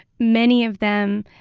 many of them,